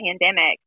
pandemic